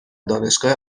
دانشگاه